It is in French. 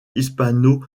hispano